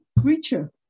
creature